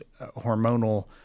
hormonal